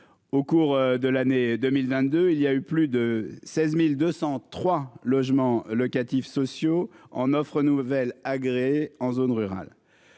Au cours de l'année 2022, il y a eu plus de 16.203 logements locatifs sociaux en offre nouvelle agréé en zone rurale.